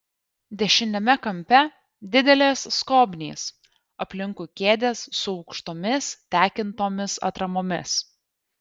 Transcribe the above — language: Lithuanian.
dešiniame kampe didelės skobnys aplinkui kėdės su aukštomis tekintomis atramomis